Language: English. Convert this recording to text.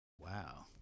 Wow